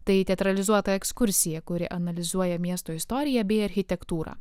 tai teatralizuota ekskursija kuri analizuoja miesto istoriją bei architektūrą